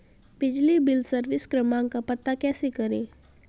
बिजली bill service क्रमांक का पता कैसे करें?